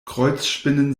kreuzspinnen